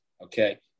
Okay